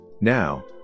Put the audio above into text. now